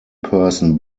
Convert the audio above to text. person